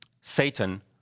Satan